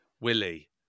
Willie